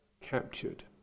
captured